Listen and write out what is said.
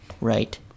right